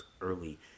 early